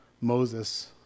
Moses